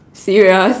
serious